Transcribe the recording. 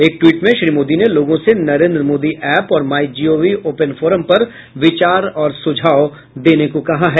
एक ट्वीट में श्री मोदी ने लोगों से नरेन्द्र मोदी ऐप और माई जीओवी ओपन फोरम पर विचार और सुझाव देने को कहा है